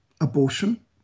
abortion